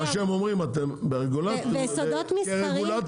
מה שהם אומרים אתם כרגולטור --- בסודות מסחריים,